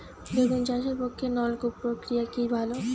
বেগুন চাষের পক্ষে নলকূপ প্রক্রিয়া কি ভালো?